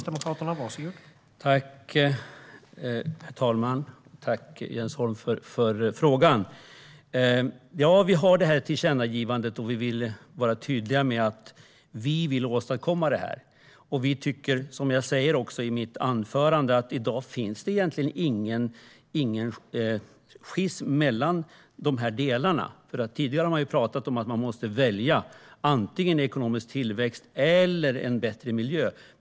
Herr talman! Tack, Jens Holm, för frågan! Ja, vi har det här tillkännagivandet, och vi vill vara tydliga med att vi vill åstadkomma detta. Vi tycker, som jag sa i mitt anförande, att det i dag egentligen inte finns någon schism mellan dessa delar. Tidigare har det pratats om att man måste välja antingen ekonomisk tillväxt eller en bättre miljö.